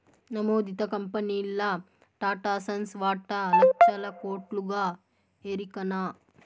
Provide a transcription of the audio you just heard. నమోదిత కంపెనీల్ల టాటాసన్స్ వాటా లచ్చల కోట్లుగా ఎరికనా